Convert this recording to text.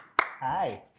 Hi